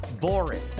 boring